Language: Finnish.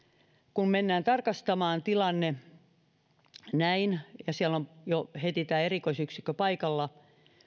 kun mennään tarkastamaan tilanne ja siellä on jo heti erikoisyksikkö paikalla